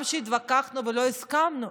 גם כשהתווכחנו ולא הסכמנו,